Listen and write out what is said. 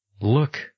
look